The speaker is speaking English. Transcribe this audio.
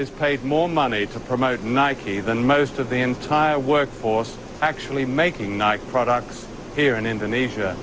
is paid more money to promote nike than most of the entire workforce actually making products here in indonesia